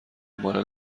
ماله